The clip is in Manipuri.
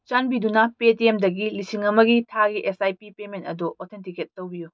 ꯆꯥꯟꯕꯤꯗꯨꯅ ꯄꯦ ꯇꯤ ꯑꯦꯝꯗꯒꯤ ꯂꯤꯁꯤꯡ ꯑꯃꯒꯤ ꯊꯥꯒꯤ ꯑꯦꯁ ꯑꯥꯏ ꯄꯤ ꯄꯦꯃꯦꯟ ꯑꯗꯨ ꯑꯣꯊꯦꯟꯇꯤꯀꯦꯠ ꯇꯧꯕꯤꯌꯨ